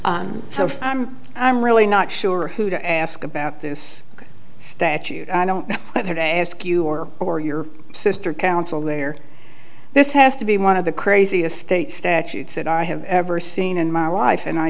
so i'm i'm really not sure who to ask about this that you don't know their day ask you or or your sister counsel there this has to be one of the craziest state statutes that i have ever seen in my wife and i